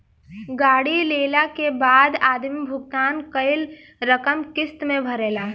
गाड़ी लेला के बाद आदमी भुगतान कईल रकम किस्त में भरेला